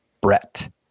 Brett